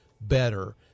better